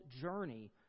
journey